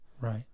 Right